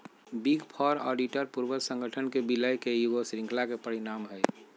big four auditor पूर्वज संगठन के विलय के ईगो श्रृंखला के परिणाम हइ